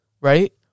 right